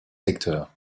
secteurs